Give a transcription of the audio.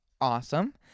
awesome